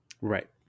Right